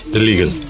illegal